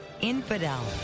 Infidel